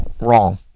wrong